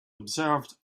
observed